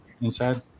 Inside